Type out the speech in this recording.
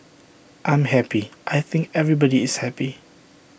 I'm happy I think everybody is happy